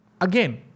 again